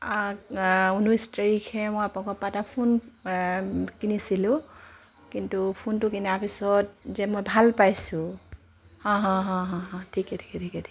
ঊনৈছ তাৰিখে মই আপোনালোকৰ পৰা এটা ফোন কিনিছিলোঁ কিন্তু ফোনটো কিনাৰ পিছত যে মই ভাল পাইছোঁ ঠিকে ঠিকে ঠিকে ঠিকে